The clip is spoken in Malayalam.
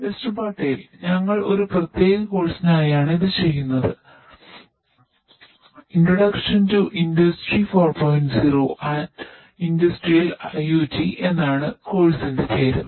മിസ്റ്റർ പട്ടേൽ ഞങ്ങൾ ഒരു പ്രത്യേക കോഴ്സിനായാണ് പേര്